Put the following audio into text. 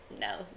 no